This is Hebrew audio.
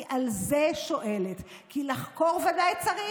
אני שואלת על זה, כי לחקור ודאי צריך,